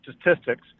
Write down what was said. statistics